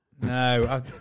No